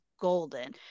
golden